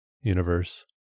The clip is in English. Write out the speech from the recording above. Universe